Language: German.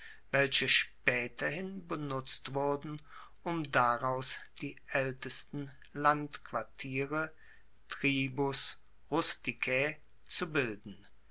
welche spaeterhin benutzt wurden um dar aus die aeltesten landquartiere tribus rusticae zu bilden